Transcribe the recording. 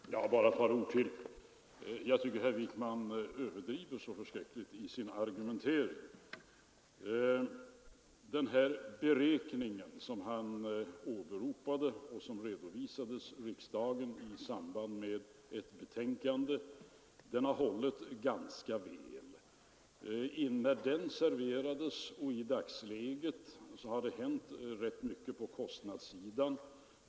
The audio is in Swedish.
Herr talman! Bara några ord till. Jag tycker att herr Wijkman överdriver så förskräckligt i sin argumentering. Den här beräkningen som han åberopade och som redovisades i riksdagen i samband med ett betänkande har hållit ganska väl. Efter det att den serverades har det hänt rätt mycket på kostnadssidan.